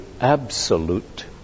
absolute